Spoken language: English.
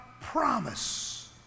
promise